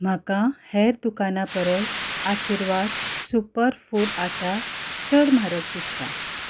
म्हाका हेर दुकानां परस आशिर्वाद सुपर फूड आटा चड म्हारग दिसता